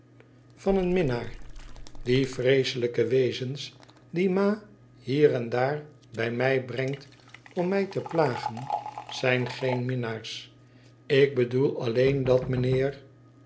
van een minnaar die vreeselijke wezens die ma hier en daar bij mij brengt om mij te plagen zijn geen minnaars ik bedoel alleen dat mijnh